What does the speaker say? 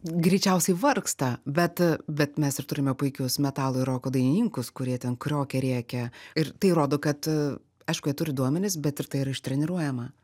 greičiausiai vargsta bet bet mes ir turime puikius metalo ir roko dainininkus kurie ten kriokia rėkia ir tai rodo kad aišku jie turi duomenis bet ir tai yra ištreniruojama